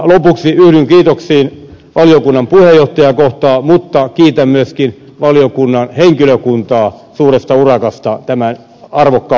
lopuksi yhdyn kiitoksiin valiokunnan puheenjohtajaa kohtaan mutta kiitän myöskin valiokunnan henkilökuntaa suuresta urakasta tämän arvokkaan mietinnön aikaansaamisessa